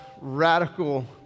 radical